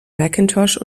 macintosh